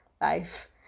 life